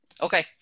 Okay